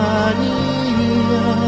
Maria